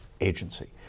agency